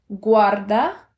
guarda